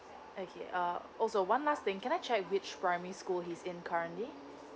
okay uh also one last thing can I check which primary school he's in currently